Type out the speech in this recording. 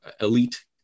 elite